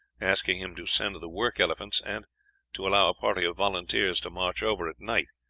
asking him to send the work elephants, and to allow a party of volunteers to march over at night,